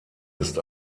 ist